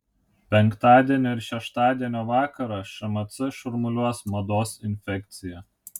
penktadienio ir šeštadienio vakarą šmc šurmuliuos mados infekcija